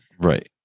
right